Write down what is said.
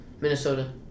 Minnesota